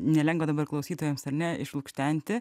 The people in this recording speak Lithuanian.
nelengva dabar klausytojams ar ne išlukštenti